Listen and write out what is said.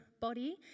body